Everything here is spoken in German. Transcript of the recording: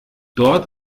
dort